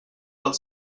del